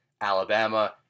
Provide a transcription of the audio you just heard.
Alabama